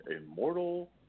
Immortal